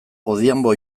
odhiambo